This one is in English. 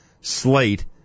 Slate